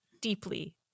Deeply